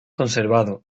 conservado